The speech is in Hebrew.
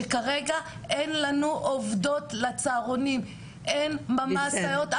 שכרגע אין לנו עובדות לצהרונים, אין ממש סייעות.